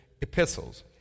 epistles